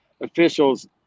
officials